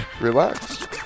relax